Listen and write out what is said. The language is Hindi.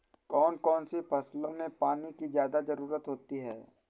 कौन कौन सी फसलों में पानी की ज्यादा ज़रुरत होती है?